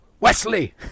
Wesley